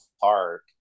park